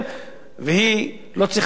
והיא לא צריכה את כל המהלך הזה.